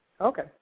Okay